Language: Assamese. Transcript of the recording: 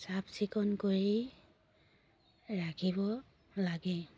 চাফ চিকুণ কৰি ৰাখিব লাগে